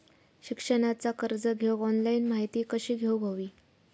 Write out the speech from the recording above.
शिक्षणाचा कर्ज घेऊक ऑनलाइन माहिती कशी घेऊक हवी?